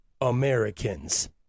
Americans